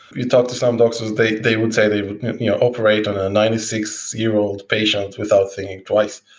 you talk to some doctors, they they would say they you know operate on a ninety six year old patient without thinking twice.